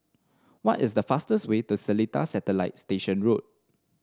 what is the fastest way to Seletar Satellite Station Road